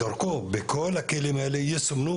ודרכו כל הכלים האלה יסומנו,